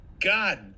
God